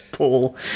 Paul